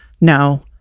no